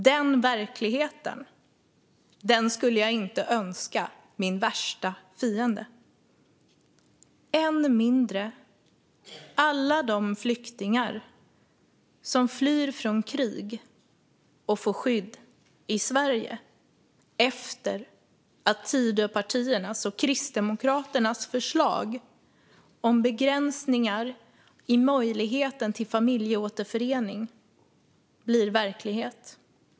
Den verkligheten skulle jag inte önska min värsta fiende, än mindre alla de flyktingar som flyr från krig och får skydd i Sverige efter att Tidöpartiernas och Kristdemokraternas förslag om begränsningar i möjligheten till familjeåterförening blir verklighet.